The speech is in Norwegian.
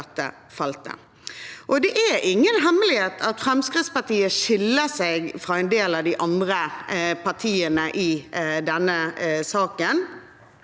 Det er ingen hemmelighet at Fremskrittspartiet skiller seg fra en del av de andre partiene i denne saken,